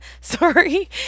Sorry